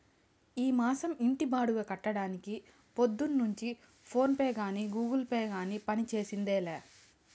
ఈ మాసం ఇంటి బాడుగ కట్టడానికి పొద్దున్నుంచి ఫోనే గానీ, గూగుల్ పే గానీ పంజేసిందేలా